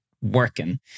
working